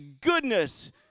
goodness